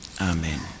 Amen